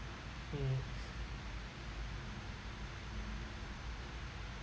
mm